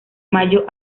mayo